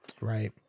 Right